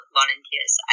volunteers